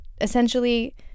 essentially